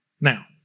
Now